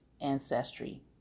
ancestry